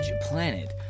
Planet